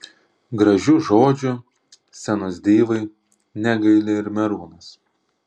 gražių žodžių scenos divai negaili ir merūnas